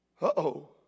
Uh-oh